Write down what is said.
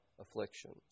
afflictions